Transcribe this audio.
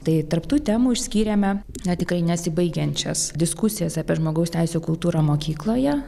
tai tarp tų temų išskyrėme na tikrai nesibaigiančias diskusijas apie žmogaus teisių kultūrą mokykloje